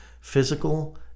physical